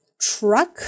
truck